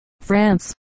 France